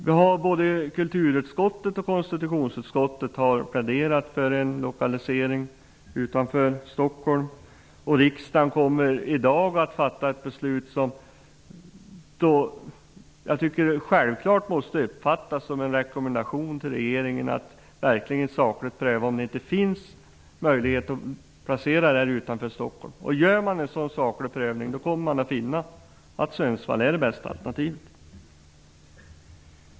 Vi har både i kulturutskottet och i konstitutionsutskottet pläderat för en lokalisering utanför Stockholm, och riksdagen kommer i dag att fatta ett beslut som självfallet måste uppfattas som en rekommendation till regeringen att verkligen sakligt pröva om det inte finns möjlighet att placera de här myndigheterna utanför Stockholm. Om man gör en sådan saklig prövning kommer man att finna att Sundsvall är det bästa alternativet.